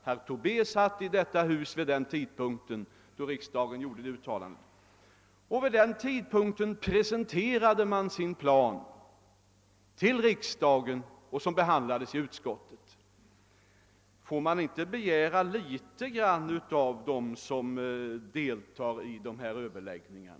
Herr Tobé satt som sagt i detta hus då riksdagen gjorde det uttalandet, och då presenterades planen för riksdagen och behandlades i utskottet. Får man inte begära någonting av dem som deltar i sådana överläggningar?